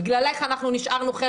יפעת, לא מפריעים לה עכשיו.